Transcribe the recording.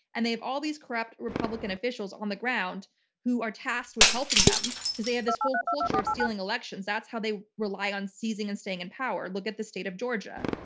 and they have all these corrupt republican on the ground who are tasked with helping them, because they have this whole culture of stealing elections. that's how they rely on seizing and staying in power. look at the state of georgia.